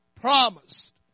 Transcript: promised